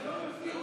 זאת פעם